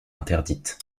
interdite